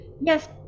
Yes